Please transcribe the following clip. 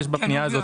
יש, אבל אין.